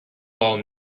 all